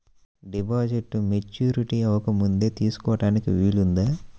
డిపాజిట్ను మెచ్యూరిటీ అవ్వకముందే తీసుకోటానికి వీలుందా?